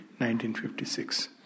1956